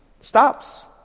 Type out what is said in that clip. Stops